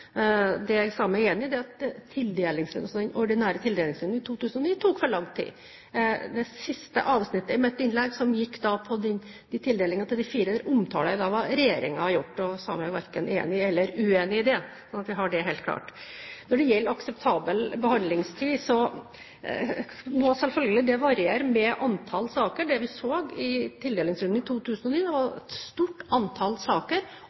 Det jeg sa meg enig i, er at den ordinære tildelingsrunden i 2009 tok for lang tid. Det siste avsnittet i mitt innlegg gikk på tildelingene til de fire omtalte søkerne og hva regjeringen hadde gjort, og jeg sa meg verken enig eller uenig i det – slik at vi har det helt klart. Når det gjelder akseptabel behandlingstid, må det selvfølgelig variere med antallet saker. De vi så i tildelingsrunden i 2009, var et stort antall saker